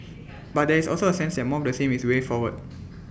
but there is also A sense that more of the same is the way forward